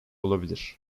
olabilir